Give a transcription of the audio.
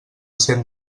cent